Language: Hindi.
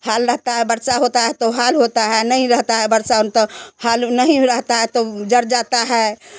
हाल रहता है बरसा होता है तो हाल होता है नहीं रहता बरस तो हाल नहीं रहता है तो उ जाल जाता है